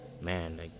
man